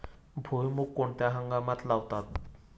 भुईमूग कोणत्या हंगामात लावतात?